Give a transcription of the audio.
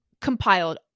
compiled